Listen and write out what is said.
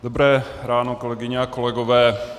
Dobré ráno, kolegyně a kolegové.